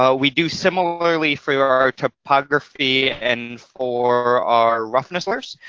ah we do similarly for our topography and for our roughness like so